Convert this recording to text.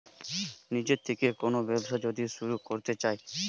নিজের থেকে কোন ব্যবসা যদি শুরু করতে চাই